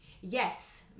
Yes